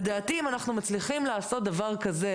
לדעתי אם אנחנו מצליחים לעשות דבר כזה,